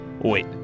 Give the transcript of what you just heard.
wait